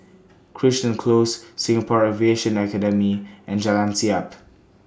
Crichton Close Singapore Aviation Academy and Jalan Siap